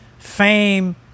Fame